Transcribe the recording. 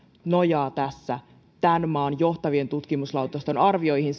nojaa tämän maan johtavien tutkimuslaitosten arvioihin